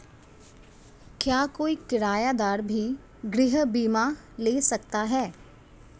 क्या कोई किराएदार भी गृह बीमा ले सकता है?